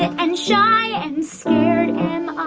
and shy and scared am i,